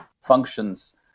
functions